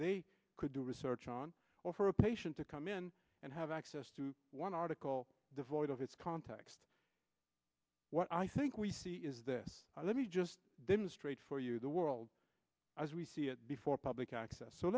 they could do research on or for a patient to come in and have access to one article devoid of it's context what i think we see is this let me just demonstrate for you the world as we see it before public access so